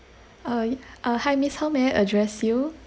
uh uh hi miss how may I address you